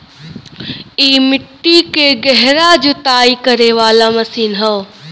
इ मट्टी के गहरा जुताई करे वाला मशीन हौ